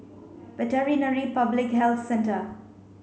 Veterinary Public Health Centre